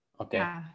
okay